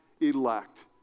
elect